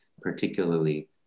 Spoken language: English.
particularly